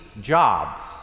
jobs